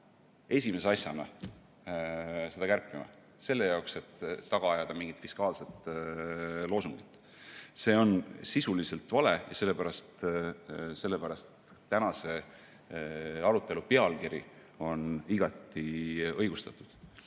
esimese asjana seda kärpima, selle jaoks, et taga ajada mingit fiskaalset loosungit. See on sisuliselt vale ja sellepärast on tänase arutelu pealkiri igati õigustatud. Aga